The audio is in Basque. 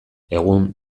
egun